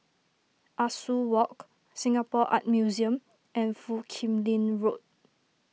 Ah Soo Walk Singapore Art Museum and Foo Kim Lin Road